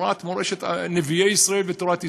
כמורשת נביאי ישראל ותורת ישראל.